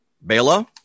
Bela